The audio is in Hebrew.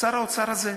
שר האוצר הזה,